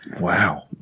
Wow